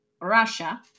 Russia